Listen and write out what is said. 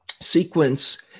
sequence